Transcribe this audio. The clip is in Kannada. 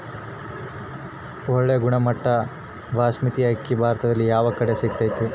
ಒಳ್ಳೆ ಗುಣಮಟ್ಟದ ಬಾಸ್ಮತಿ ಅಕ್ಕಿ ಭಾರತದಲ್ಲಿ ಯಾವ ಕಡೆ ಸಿಗುತ್ತದೆ?